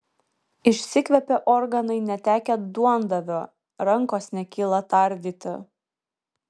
išsikvėpė organai netekę duondavio rankos nekyla tardyti